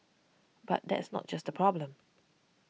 but that's not just the problem